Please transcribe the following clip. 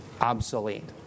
obsolete